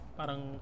parang